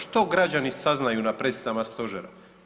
Što građani saznaju na presicama stožera?